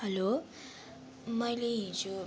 हलो मैले हिजो